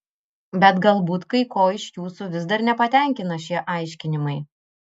bet galbūt kai ko iš jūsų vis dar nepatenkina šie aiškinimai